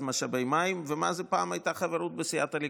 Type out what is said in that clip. למשאבי מים ומה הייתה פעם חברות בסיעת הליכוד.